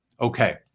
Okay